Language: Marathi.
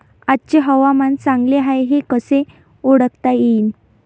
आजचे हवामान चांगले हाये हे कसे ओळखता येईन?